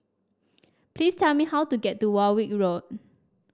please tell me how to get to Warwick Road